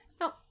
No